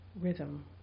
Rhythm